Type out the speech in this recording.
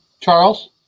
Charles